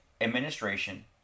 administration